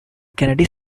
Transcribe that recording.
kennedy